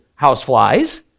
houseflies